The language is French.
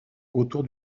autour